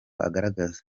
agaragaza